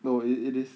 no it it is